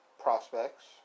prospects